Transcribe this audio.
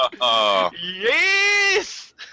Yes